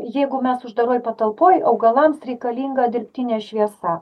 jeigu mes uždaroj patalpoj augalams reikalinga dirbtinė šviesa